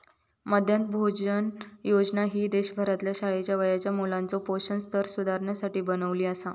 मध्यान्ह भोजन योजना ही देशभरातल्या शाळेच्या वयाच्या मुलाचो पोषण स्तर सुधारुसाठी बनवली आसा